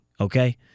Okay